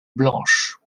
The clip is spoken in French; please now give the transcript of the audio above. blanche